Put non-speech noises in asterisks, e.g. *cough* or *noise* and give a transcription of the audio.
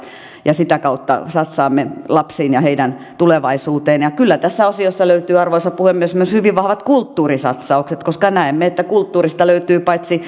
ja sitä kautta satsaamme lapsiin ja heidän tulevaisuuteensa ja kyllä tässä osiossa löytyy arvoisa puhemies myös hyvin vahvat kulttuurisatsaukset koska näemme että kulttuurista löytyy paitsi *unintelligible*